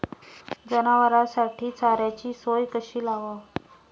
जनावराइसाठी चाऱ्याची सोय कशी लावाव?